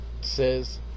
says